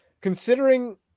Considering